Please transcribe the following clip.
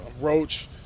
Roach